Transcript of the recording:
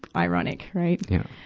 ironic, right? yeah.